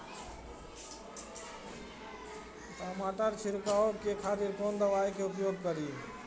टमाटर छीरकाउ के खातिर कोन दवाई के उपयोग करी?